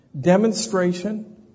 Demonstration